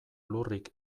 lurrik